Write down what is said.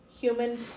human